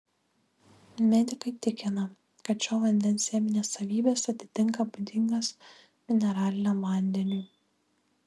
medikai tikina kad šio vandens cheminės savybės atitinka būdingas mineraliniam vandeniui